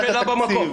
שאלה במקום.